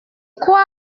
quoi